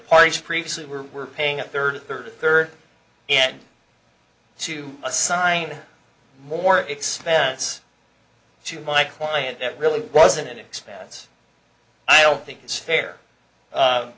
parties previously were paying a third third third and to assign more expense to my client that really wasn't an expense i don't think it's fair